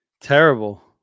Terrible